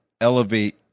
elevate